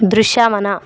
దృశ్యమన